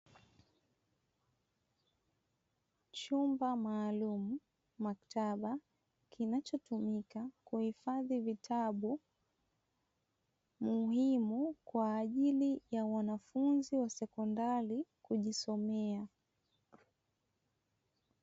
Chumba maalumu, maktaba kinachotumika kuhifadhi vitabu, maalumu kwa ajili ya wanafunzi wa sekondari kujisomea.